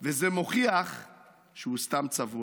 / וזה מוכיח שהוא סתם צבוע.